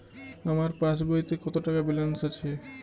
আমার পাসবইতে কত টাকা ব্যালান্স আছে?